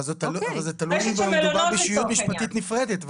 אבל זה תלוי אם מדובר בישות משפטית נפרדת,